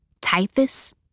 typhus